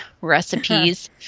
recipes